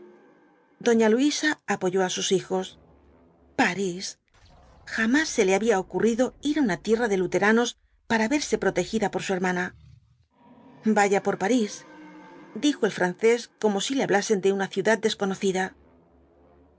doña luisa apoyó á sus hijos parís jamás se le había ocurrido ir á una tierra de luteranos para verse protegida por su hermana vaya por parís dijo el francés como si le hablasen de una ciudad desconocida